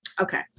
Okay